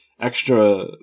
extra